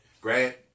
Grant